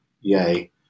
yay